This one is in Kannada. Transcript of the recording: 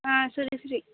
ಹಾಂ ಸರಿ ಸರಿ